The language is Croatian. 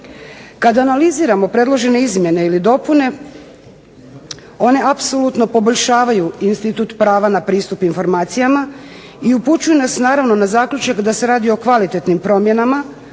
Kad analiziramo predložene izmjene ili dopune, one apsolutno poboljšavaju institut prava na pristup informacijama i upućuju nas naravno na zaključak da se radi o kvalitetnim promjenama,